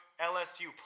LSU